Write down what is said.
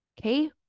Okay